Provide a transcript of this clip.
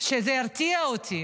שזה ירתיע אותי,